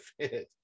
fit